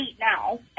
now